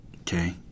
Okay